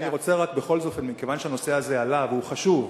אני רוצה, בכל זאת, כיוון שהנושא עלה והוא חשוב,